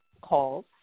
calls